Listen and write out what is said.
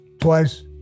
twice